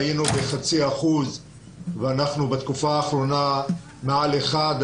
היינו בחצי אחוז ואנחנו בתקופה האחרונה מעל אחד.